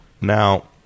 Now